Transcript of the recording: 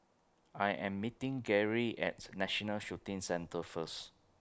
I Am meeting Garey At National Shooting Centre First